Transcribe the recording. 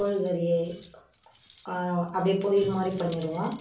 கோழிக்கறியை அப்படியே பொரியல் மாதிரி பண்ணிடுவோம்